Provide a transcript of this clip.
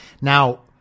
Now